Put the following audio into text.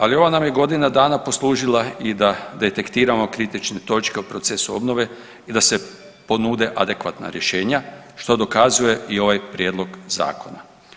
Ali ova nam je godina dana poslužila i da detektiramo kritične točke o procesu obnove i da se ponude adekvatna rješenja što dokazuje i ovaj prijedlog zakona.